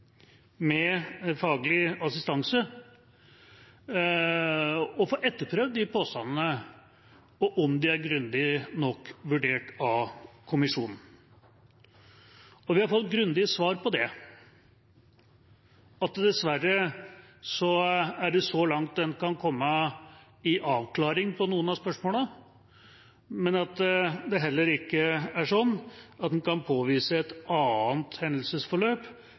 med faglig assistanse, og få etterprøvd påstandene og om de er grundig nok vurdert av kommisjonen. Vi har fått grundige svar på det – at dessverre er det så langt en kan komme i avklaring på noen av spørsmålene, men at det heller ikke er sånn at en kan påvise et annet hendelsesforløp